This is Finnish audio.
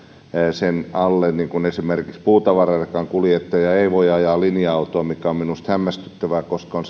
sen alle esimerkiksi puutavararekan kuljettaja ei voi ajaa linja autoa mikä on minusta hämmästyttävää koska on